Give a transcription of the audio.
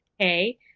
okay